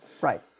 Right